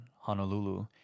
Honolulu